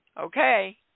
Okay